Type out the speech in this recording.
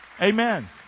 Amen